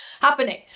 happening